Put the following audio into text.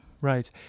right